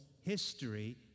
history